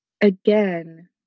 again